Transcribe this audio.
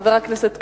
חבר הכנסת כהן,